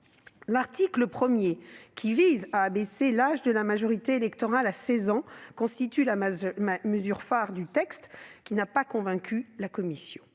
L'article 1, qui vise à abaisser la majorité électorale à 16 ans, constitue la mesure phare du texte, qui n'a pas convaincu la commission.